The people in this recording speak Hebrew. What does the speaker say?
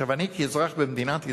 אני, כאזרח במדינת ישראל,